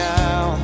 now